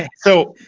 ah so,